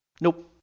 nope